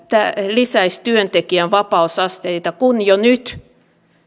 lisäisi työntekijän vapausasteita kun jo nyt